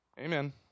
Amen